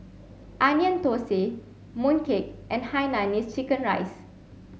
Onion Thosai Mooncake and Hainanese chicken rice